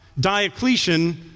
Diocletian